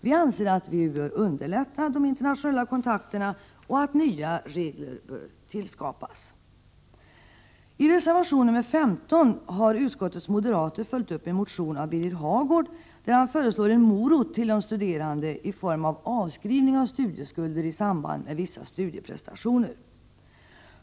Vi anser att de internationella kontakterna bör underlättas och att nya regler bör skapas. I reservation 15 har utskottets moderater följt upp en motion av Birger Hagård, där han föreslår en morot till de studerande i form av avskrivning av studieskulder i samband med vissa studieprestationer.